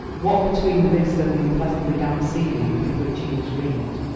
what between the mist and the unpleasantly damp seaweed with which he was wreathed,